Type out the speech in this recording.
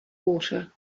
water